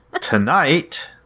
Tonight